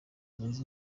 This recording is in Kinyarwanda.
zunze